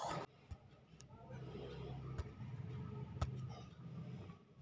माझ्या शिल्लक बॅलन्स मधून मी काही पैसे काढू शकतो का?